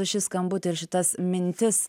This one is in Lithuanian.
už šį skambutį ir šitas mintis